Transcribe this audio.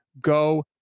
go